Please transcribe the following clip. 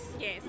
Yes